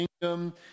kingdom